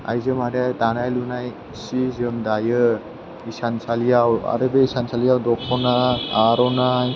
आइजो माहारिया दानाय लुनाय सि जोम दायो हिसानसालियाव आरो बे हिसानसालियाव दख'ना आर'नाइ